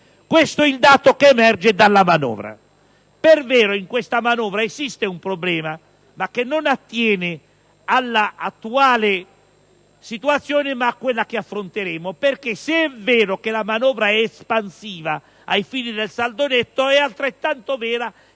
Questo è il dato che emerge dalla manovra. Per la verità, in questa manovra, esiste un problema, che però non attiene all'attuale situazione ma a quella che affronteremo. Infatti, se è vero che la manovra è espansiva ai fini del saldo netto, è altrettanto vero